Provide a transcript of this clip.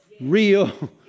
real